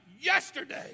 Yesterday